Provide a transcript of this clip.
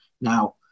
now